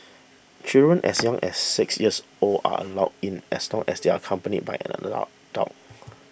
children as young as six years old are allowed in as long as they are accompanied by an allow